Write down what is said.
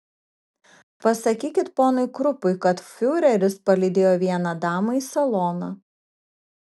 pasakykit ponui krupui kad fiureris palydėjo vieną damą į saloną